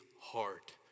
heart